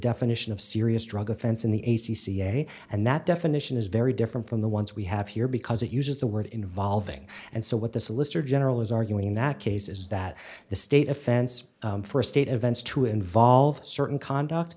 definition of serious drug offense in the a c c a and that definition is very different from the ones we have here because it uses the word involving and so what the solicitor general is arguing in that case is that the state offense for a state of vents to involve certain conduct